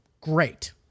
great